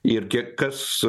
ir kiek kas